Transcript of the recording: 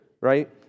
right